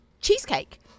Cheesecake